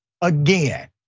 again